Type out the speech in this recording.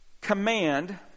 command